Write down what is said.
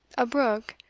a brook,